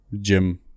gym